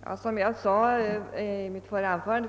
Herr talman! Som jag sade till fru Kristensson i mitt förra anförande